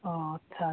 ହଁ ଆଚ୍ଛା